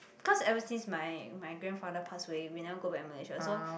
cause ever since my my grandfather pass away we never go back Malaysia so